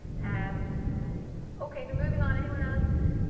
um okay, so moving on, anyone else?